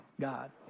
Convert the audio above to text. God